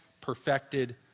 perfected